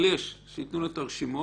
אבל יש שייתנו לנו את הרשימות.